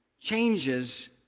changes